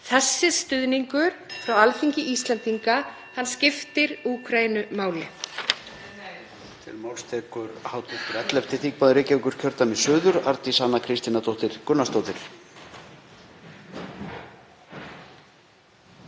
Þessi stuðningur frá Alþingi Íslendinga skiptir Úkraínu máli.